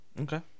Okay